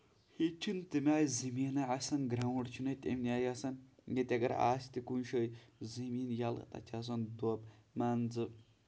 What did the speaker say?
ییٚتہِ چھُ نہٕ تَمہِ آیہِ زمیٖن آسان گراوُنڈ چھُ نہٕ ییٚتہِ اَمہِ آیہِ آسان ییٚتہِ اَگر آسہِ تہِ کُنہِ جایہِ زمیٖن ییٚلہٕ تَتہِ چھُ آسان دوٚب مان ژٕ